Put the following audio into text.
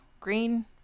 green